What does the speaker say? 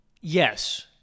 yes